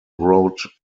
wrote